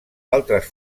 altres